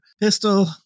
pistol